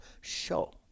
show